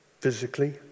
physically